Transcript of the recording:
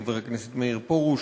חבר הכנסת מאיר פרוש,